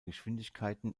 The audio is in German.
geschwindigkeiten